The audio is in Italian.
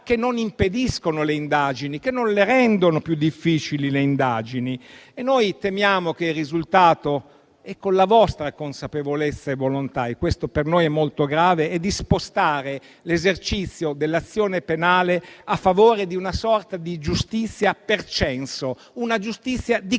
che non impediscano le indagini, che non le rendano più difficili. Noi temiamo che il risultato, con la vostra consapevolezza e volontà - questo per noi è molto grave - sia di spostare l'esercizio dell'azione penale a favore di una sorta di giustizia per censo, una giustizia di